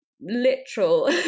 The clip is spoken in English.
literal